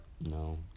No